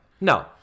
No